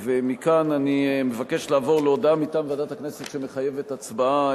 אני מבקש לעבור להודעה מטעם ועדת הכנסת שמחייבת הצבעה,